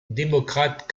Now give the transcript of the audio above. démocrate